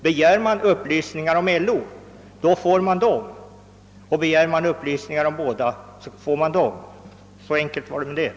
Begär man upplysningar om LO, får man sådana, och om man begär upplysningar om båda organisationerna, får man upplysningar om dem båda. Så enkelt är det med detta.